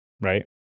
right